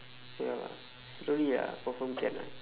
ya lah slowly lah confirm can